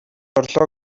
орлоо